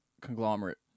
conglomerate